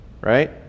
right